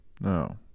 No